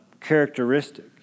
characteristic